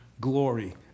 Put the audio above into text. glory